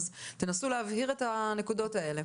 אז תבהירו את הנקודות האלה.